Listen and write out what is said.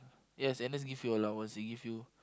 yes N_S give you allowance they give you